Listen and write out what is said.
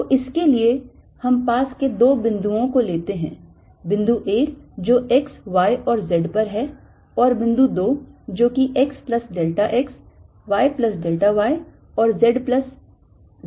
तो इसके लिए हम पास के 2 बिंदुओं को लेते हैं बिंदु 1 जो x y और z पर है और बिंदु 2 जो कि x plus delta x y plus delta y और z plus z पर है